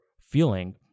feeling